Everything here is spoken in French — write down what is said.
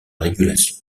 régulation